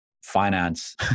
finance